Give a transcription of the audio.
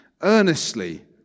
earnestly